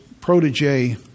protege